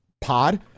pod